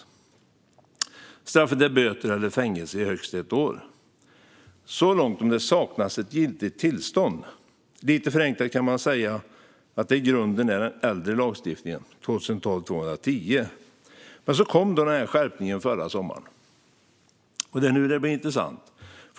Straffet är böter eller fängelse i högst ett år." Så långt om det saknas ett giltigt tillstånd. Lite förenklat kan man säga att det i grunden är fråga om den äldre lagstiftningen, 2012:210. Sedan kom skärpningen förra sommaren. Det är nu det blir intressant.